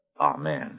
Amen